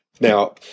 Now